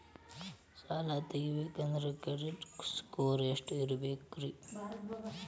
ಸಾಲ ತಗೋಬೇಕಂದ್ರ credit score ಎಷ್ಟ ಇರಬೇಕ್ರಿ?